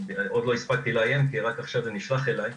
עוד לא הספקתי לעיין כי רק עכשיו זה נשלח אליי.